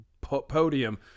podium